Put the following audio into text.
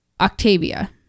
Octavia